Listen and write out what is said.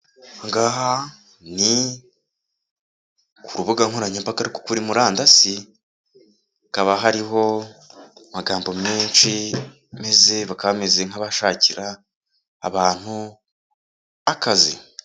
Aha ngaha ni ku rubuga nkoranyambaga rwo kuri murandasi, hakaba hariho amagambo menshi, bakaba bameze nk'abarimo barashakira abantu akazi.